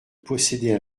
posséder